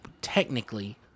technically